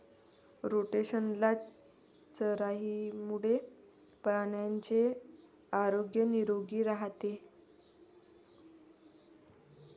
rotational चराईमुळे प्राण्यांचे आरोग्य निरोगी राहते